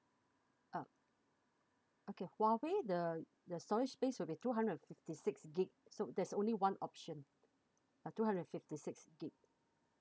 uh okay huawei the the storage space will be two hundred and fifty six gig so there's only one option uh two hundred and fifty six gig